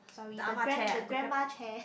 sorry the grand~ the grandma chair